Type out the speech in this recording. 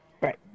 Right